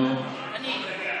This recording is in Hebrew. אני.